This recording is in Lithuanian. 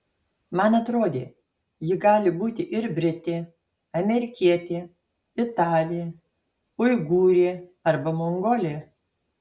man atrodė ji gali būti ir britė amerikietė italė uigūrė arba mongolė